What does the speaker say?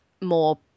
more